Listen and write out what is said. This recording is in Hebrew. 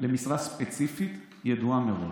למשרה ספציפית ידועה מראש.